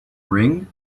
ring